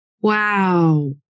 Wow